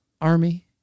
Army